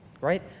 right